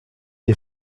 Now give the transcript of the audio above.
des